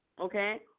okay